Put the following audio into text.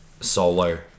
solo